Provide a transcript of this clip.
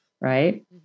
Right